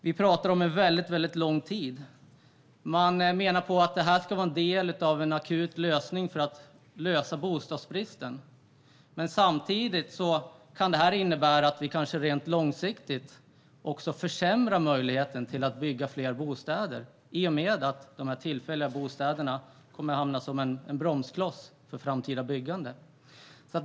Vi talar om en väldigt lång tidsperiod. Man menar att detta ska vara en av de akuta åtgärderna för att lösa bostadsbristen. Det kan dock innebära att vi långsiktigt försämrar möjligheten att bygga fler bostäder, eftersom dessa tillfälliga bostäder kommer att hamna som en bromskloss för framtida byggande.